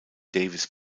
davis